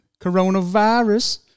coronavirus